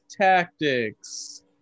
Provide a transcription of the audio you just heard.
tactics